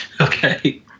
Okay